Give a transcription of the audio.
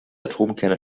atomkerne